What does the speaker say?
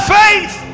faith